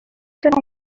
and